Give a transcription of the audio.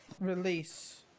Release